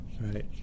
right